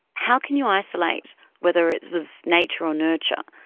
how can you isolate whether it was nature or nurture,